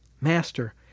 Master